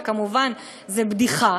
וכמובן זה בדיחה,